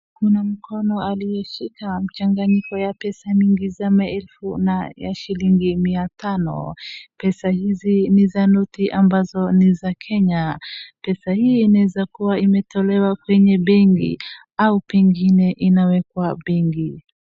Kuna mkono aliyeshika mchanganyiko ya pesa mingi kama za elfu na ya shilingi mia tano. Pesa hizi ni za noti ambazo ni za Kenya. Pesa hii inaeza kuwa imetumiwa kwenye benki au pengine inawekwa benki.